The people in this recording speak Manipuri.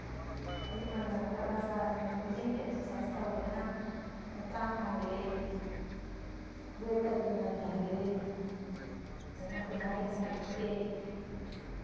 ꯑꯌꯨꯛ ꯉꯟꯅ ꯍꯧꯒꯠꯂꯒ ꯅꯨꯃꯤꯠ ꯈꯨꯗꯤꯡꯒꯤ ꯑꯦꯛꯁꯔꯁꯥꯏꯁ ꯇꯧꯕꯅ ꯍꯛꯆꯥꯡ ꯐꯍꯜꯂꯤ ꯋꯦꯠꯇꯒꯤ ꯍꯟꯊꯍꯜꯂꯤ ꯂꯥꯏꯅꯥ ꯇꯤꯟꯅꯥꯗꯒꯤ ꯉꯥꯛꯊꯣꯛꯏ